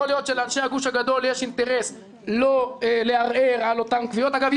יכול להיות שלאנשי הגוש הגדול יש אינטרס לא לערער על אותן קביעות אגב,